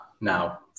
now